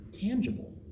tangible